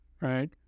right